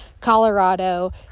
Colorado